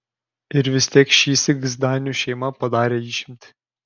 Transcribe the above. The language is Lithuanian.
ir vis tik šįsyk zdanių šeima padarė išimtį